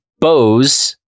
bows